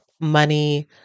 money